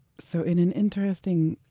so in an interesting,